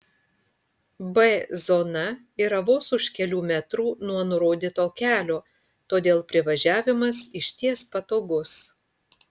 b zona yra vos už kelių metrų nuo nurodyto kelio todėl privažiavimas išties patogus